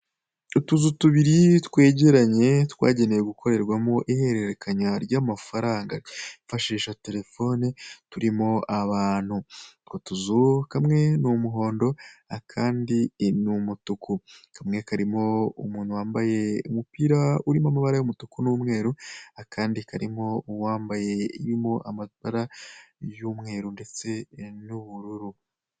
Utuzu tubiri twegeranye twagenewe gukorerwamo ihererrekanya ry'amafaranga yifashisha terefone turimo abantu, utwo tuzu turimo abantu, utwo tuzu kamwe n'umuhondo akandi n'umutuku, kamwe karimo umuntu wambaye umupira urimo amabara y'umutuku n'umweru akandi karimo uwambaye irurimo amabara y'umweru ndetse n'ubururu.